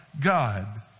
God